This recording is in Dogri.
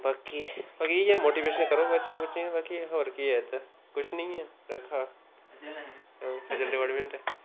बाकी बाकी इ'यै मोटीवेशन करो बच्चे बुच्चे गी इ'यै है और केह् है इत्थै कुछ नेईं ऐ रक्खा दा खज्लज डिपार्टमेंट ऐ